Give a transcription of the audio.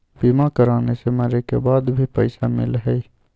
बीमा कराने से मरे के बाद भी पईसा मिलहई?